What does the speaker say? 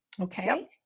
okay